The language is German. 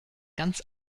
ganz